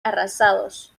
arrasados